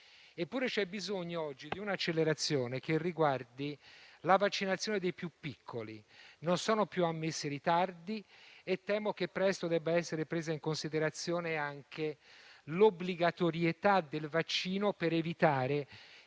Eppure, c'è bisogno oggi di un'accelerazione che riguardi la vaccinazione dei più piccoli. Non sono più ammessi ritardi e temo che presto debba essere presa in considerazione anche l'obbligatorietà del vaccino, per evitare